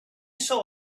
saw